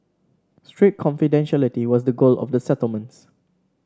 strict confidentiality was the goal of the settlements